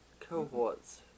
cohorts